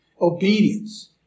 Obedience